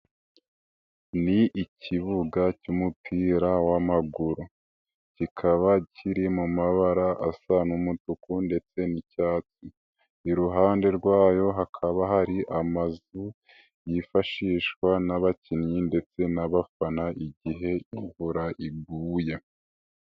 Ni ikibuga cy'umupira w'amaguru, kikaba kiri mu mabara asa n'umutuku ndetse n'icyatsi, iruhande rwayo hakaba hari amazu yifashishwa n'abakinnyi ndetse n'abafana igihe imvura iguya.